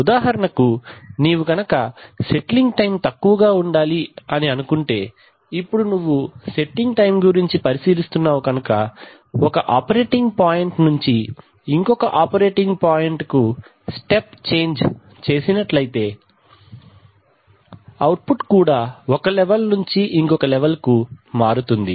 ఉదాహరణకు నీవు కనుక సెట్ట్లింగ్ టైం తక్కువగా ఉండాలి అనుకుంటే ఇప్పుడు నువ్వు సెట్ట్లింగ్ టైం గురించి పరిశీలిస్తున్నావు కనుక ఒక ఆపరేటింగ్ పాయింట్ నుంచి ఇంకొక ఆపరేటింగ్ పాయింట్ కు స్టెప్ చేంజ్ చేసినట్లయితే అవుట్ కూడా ఒక లెవెల్ నుంచి ఇంకొక లెవల్ కు మారుతుంది